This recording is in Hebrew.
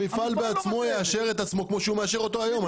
המפעל בעצמו יאשר את עצמו כמו שהוא מאשר אותו היום.